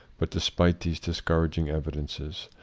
but, despite these discour aging evidences,